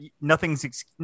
nothing's